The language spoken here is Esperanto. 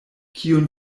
kiun